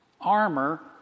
armor